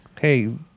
Hey